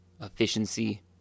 efficiency